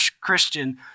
Christian